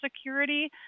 Security